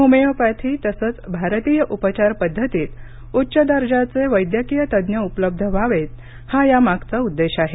homeopathy तसंच भारतीय उपचार पद्धतीत उच्च दर्जाचे वैद्यकीय तज्ज्ञ उपलब्ध व्हावेत हा यामागचा उद्देश आहे